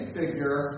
figure